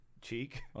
Cheek